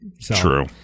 True